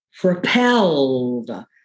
propelled